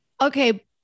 Okay